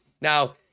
Now